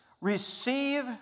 receive